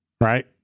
Right